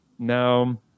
Now